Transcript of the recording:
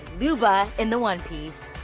luba in the one-piece.